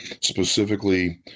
specifically